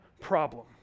problem